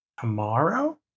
tomorrow